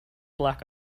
black